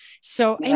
So-